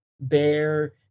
Bear